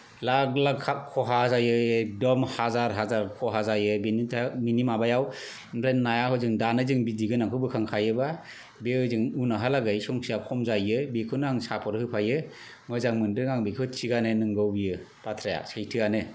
लाख लाख खहा जायो एकदम हाजार हाजार खहा जायो बेनि थाखाय बेनि माबायाव ओमफ्राय नाया हजों दानो जों बिदै गोनांखौ बोखांखायोबा बेयो ओजों उनावहालागै संक्षाया खम जायो बेखौनो आं सापर्त होफायो मोजां मोनदों आं बेखौ थिगानो नोंगौ बियो बाथ्राया सैथोआनो